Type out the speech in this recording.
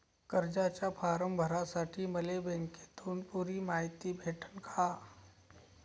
कर्जाचा फारम भरासाठी मले बँकेतून पुरी मायती भेटन का?